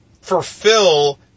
fulfill